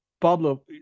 Pablo